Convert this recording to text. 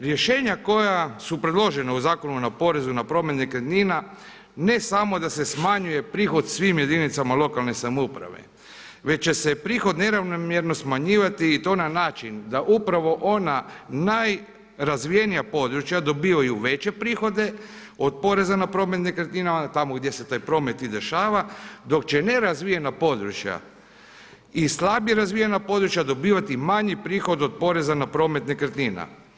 Rješenja koja su predložena u Zakonu na porez i na promet nekretnina ne samo da se smanjuje prihod svim jedinicama lokalne samouprave već će se prihod neravnomjerno smanjivati i to na način da upravo ona najrazvijenija područja dobivaju veće prihode od poreza na promet nekretnina tamo gdje se taj promet i dešava dok će nerazvijena područja i slabije razvijena područja dobivati manji prihod od poreza na promet nekretnina.